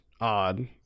odd